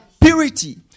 purity